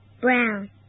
brown